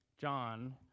John